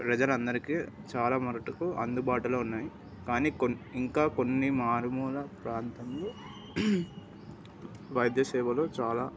ప్రజలందరికీ చాలా మట్టుకు అందుబాటులో ఉన్నాయయి కాని కో ఇంకా కొన్ని మారుమూల ప్రాంతంలో వైద్యసేవలు చాలా